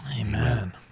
Amen